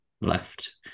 left